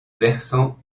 versant